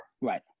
Right